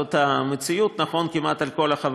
נכון, זאת המציאות כמעט על כל החברות,